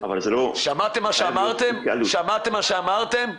שמעתם מה שאמרתם?